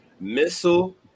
missile